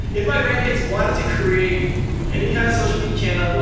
if my grandkids wanted to create any kind of social media channel,